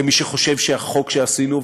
כמי שחושב שהחוק שעשינו,